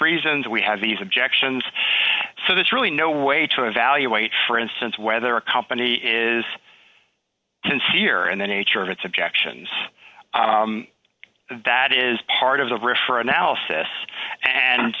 reasons we have these objections so there's really no way to evaluate for instance whether a company is sincere and the nature of its objections that is part of the referrer analysis and